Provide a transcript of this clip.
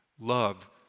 love